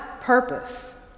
purpose